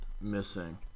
missing